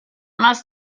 must